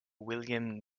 william